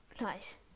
Nice